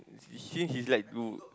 since he's like to